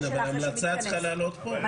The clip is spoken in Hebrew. כן, אבל המלצה צריכה לעלות פה.